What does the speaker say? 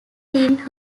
leaving